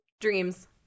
Dreams